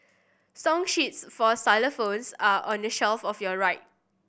song sheets for xylophones are on the shelf of your right